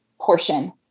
portion